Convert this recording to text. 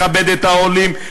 לכבד את העולים,